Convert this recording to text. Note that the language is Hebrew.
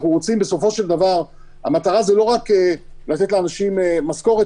המטרה שלנו בסופו של דבר היא לא רק לתת לאנשים משכורת,